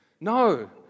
no